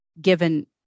given